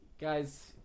Guys